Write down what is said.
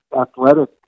athletic